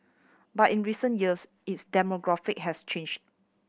but in recent years its demographic has changed